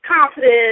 confident